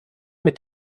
mit